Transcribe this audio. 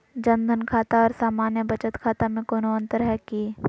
जन धन खाता और सामान्य बचत खाता में कोनो अंतर है की?